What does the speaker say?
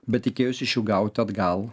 bet tikėjosi iš jų gauti atgal